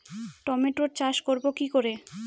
টমেটোর চাষ করব কি করে?